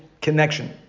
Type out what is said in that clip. connection